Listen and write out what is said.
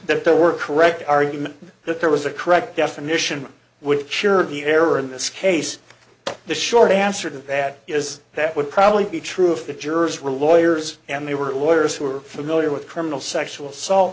that there were correct argument that there was a correct definition would cure the error in this case the short answer to that is that would probably be true if the jurors were lawyers and they were lawyers who are familiar with criminal sexual